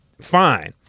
fine